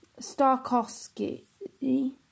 Starkovsky